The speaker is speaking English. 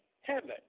heaven